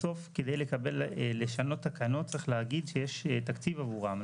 בסוף כדי לשנות תקנות צריך להגיד שיש תקציב עבורם.